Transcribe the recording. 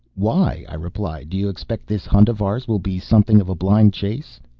why? i replied. do you expect this hunt of ours will be something of a blind chase?